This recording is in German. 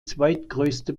zweitgrößte